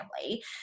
family